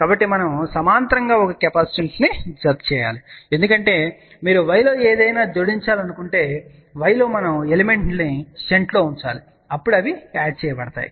కాబట్టి మనం సమాంతరం గా ఒక కెపాసిటెన్స్ను జతచేయాలి ఎందుకంటే మీరు y లో ఏదైనా జోడించాలనుకుంటే y లో మనం ఎలిమెంట్ లను షంట్లో ఉంచాలి అప్పుడు అవి యాడ్ చేయబడతాయి